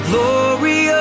Glory